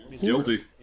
guilty